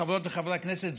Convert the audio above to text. חברות וחברי הכנסת,